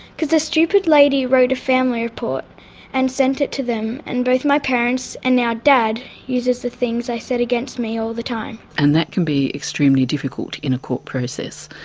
because a stupid lady wrote a family report and sent it to them, and both my parents and now dad uses the things i said against me all the time. and that can be extremely difficult in a court process,